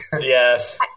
Yes